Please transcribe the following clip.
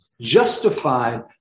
Justified